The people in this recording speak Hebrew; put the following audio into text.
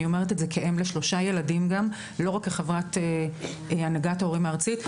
אני אומרת את זה כאם לשלושה ילדים ולא רק כחברת הנהגת הורים ארצית.